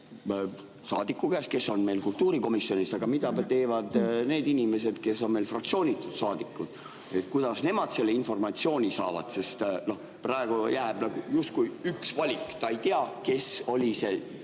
saadiku käest, kes on meil kultuurikomisjonis, aga mida teevad need inimesed, kes on meil fraktsioonitud saadikud? Kuidas nemad selle informatsiooni saavad? Praegu jääb justkui üks valik: ta ei tea, kes oli